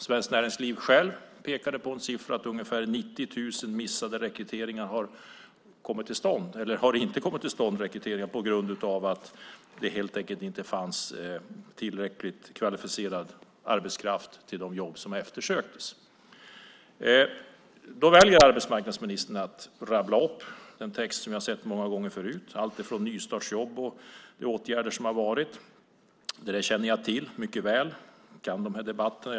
Svenskt Näringsliv pekade själva på att ungefär 90 000 rekryteringar inte har kommit till stånd på grund av att det helt enkelt inte fanns tillräckligt kvalificerad arbetskraft till de jobb som fanns. Då väljer arbetsmarknadsministern att rabbla upp en text som vi har sett många gånger förut med nystartsjobb och andra åtgärder som har vidtagits. Det där känner jag till mycket väl. Jag kan de här debatterna.